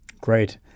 Great